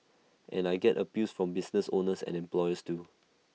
and I get appeals from business owners and employers too